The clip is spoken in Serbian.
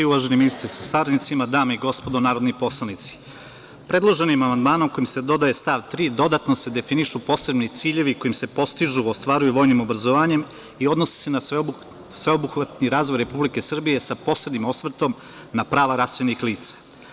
Uvaženi ministre sa saradnicima, dame i gospodo narodni poslanici, predloženim amandmanom kojim se dodaje stav 3. dodatno se definišu posebni ciljevi kojim se postižu, ostvaruju vojnim obrazovanjem i odnosi se na sveobuhvatni razvoj Republike Srbije, sa posebnim osvrtom na prava raseljenih lica.